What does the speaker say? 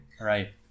Right